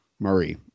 Marie